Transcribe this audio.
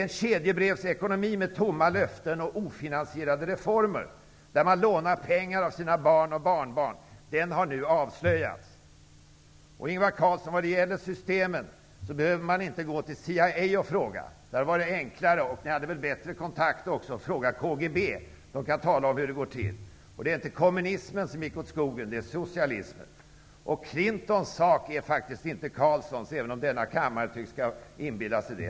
En kedjebrevsekonomi med tomma löften och ofinansierade reformer, där man lånar pengar av sina barn och barnbarn, har nu avslöjats. Ingvar Carlsson! Vad gäller systemen behöver man inte vända sig till CIA för att fråga. Det hade varit enklare att fråga KGB, och ni hade väl också bättre kontakt där. Där kan man tala om hur det går till. Det var inte kommunismen som gick åt skogen, utan socialismen. Clintons sak är dessutom inte Carlssons, även om denna kammare tycks inbilla sig det.